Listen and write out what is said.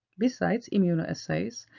besides immunoassays,